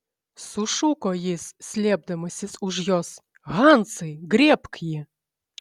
sušuko jis slėpdamasis už jos hansai griebk jį